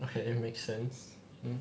ah it make sense